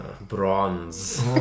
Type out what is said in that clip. bronze